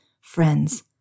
friends